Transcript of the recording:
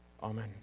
Amen